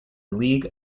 league